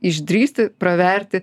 išdrįsti praverti